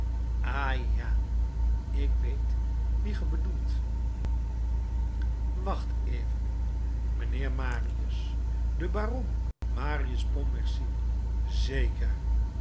ha ja ik weet wien ge bedoelt wacht even mijnheer marius de baron marius pontmercy zeker